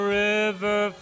river